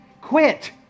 quit